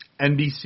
NBC